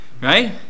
right